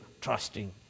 trusting